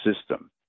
system